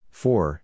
four